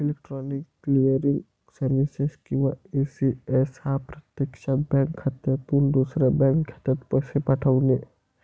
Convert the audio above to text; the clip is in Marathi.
इलेक्ट्रॉनिक क्लिअरिंग सर्व्हिसेस किंवा ई.सी.एस हा प्रत्यक्षात बँक खात्यातून दुसऱ्या बँक खात्यात पैसे पाठवणे